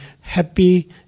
happy